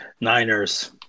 Niners